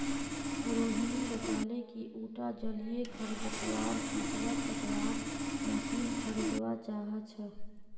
रोहिणी बताले कि उटा जलीय खरपतवार फ़सलक कटवार मशीन खरीदवा चाह छ